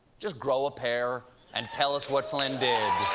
just grow a pair and tell us what flynn did.